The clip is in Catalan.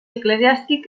eclesiàstic